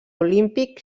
olímpic